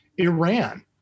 Iran